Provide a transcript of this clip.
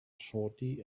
shorty